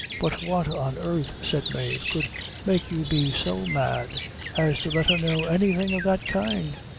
but what on earth, said mave, could make you be so mad as to let her know anything of that kind?